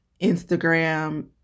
Instagram